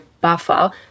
buffer